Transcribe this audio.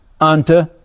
unto